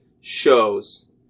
shows